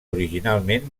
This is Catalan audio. originalment